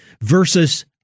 versus